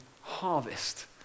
harvest